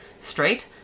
straight